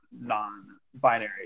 non-binary